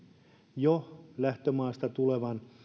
jo lähtömaasta tulevan